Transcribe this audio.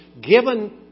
given